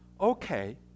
okay